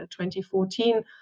2014